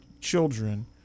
children